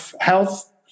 health